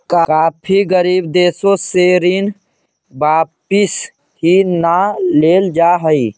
काफी गरीब देशों से ऋण वापिस ही न लेल जा हई